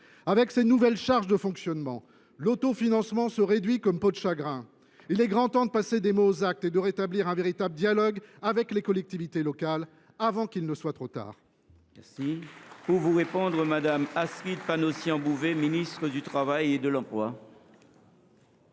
Avec ces nouvelles charges de fonctionnement, l’autofinancement se réduit comme peau de chagrin. Il est grand temps de passer des mots aux actes et de rétablir un véritable dialogue avec les collectivités locales, avant qu’il ne soit trop tard.